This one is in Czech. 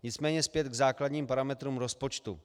Nicméně zpět k základním parametrům rozpočtu.